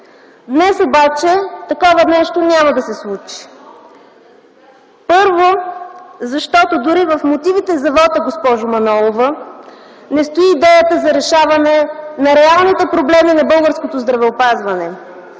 Днес обаче такова нещо няма да се случи! Първо, защото дори в мотивите за вота не стои идеята за решаване на реалните проблеми на българското здравеопазване.